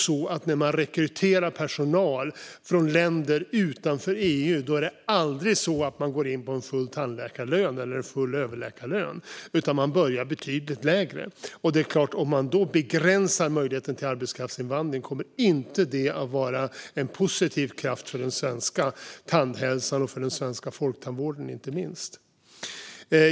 Men när man rekryterar personal från länder utanför EU går den aldrig in på en full tandläkarlön eller full överläkarlön, utan den börjar betydligt lägre. Om man då begränsar möjligheten till arbetskraftsinvandring kommer det inte att vara en positiv kraft för den svenska tandhälsan och inte minst den svenska folktandvården.